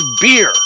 beer